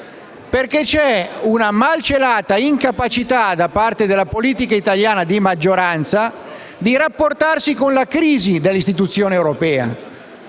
perché c'è una malcelata incapacità, da parte della politica italiana di maggioranza, a rapportarsi con la crisi dell'istituzione europea.